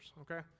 okay